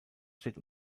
steht